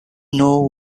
know